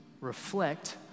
reflect